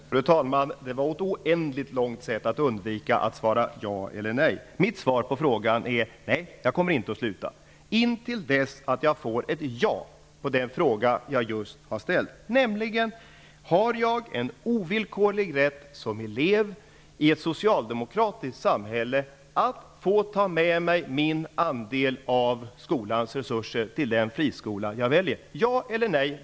Fru talman! Det var ett oändligt långt sätt att undvika att svara ja eller nej. Mitt svar på Eva Johanssons fråga är: Nej, jag kommer inte att sluta, intill dess att jag får ett ja på den fråga jag just har ställt. Svara på min fråga: Har jag som elev en ovillkorlig rätt att i ett socialdemokratiskt samhälle få ta med mig min andel av skolans resurser till den friskola jag väljer, ja eller nej?